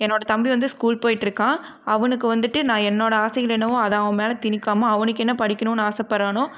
என்னோட தம்பி வந்து ஸ்கூல் போயிட்டுருக்கான் அவனுக்கு வந்துவிட்டு நான் என்னோட ஆசைகள் என்னவோ அதை அவன் மேலே திணிக்காமல் அவனுக்கு என்ன படிக்கணுன்னு ஆசைப்படுறானோ